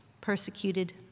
persecuted